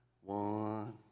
One